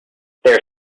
their